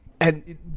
And-